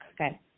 okay